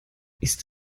ist